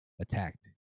attacked